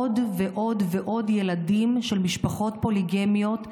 עוד ועוד ועוד ילדים של משפחות פוליגמיות,